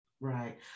Right